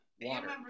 water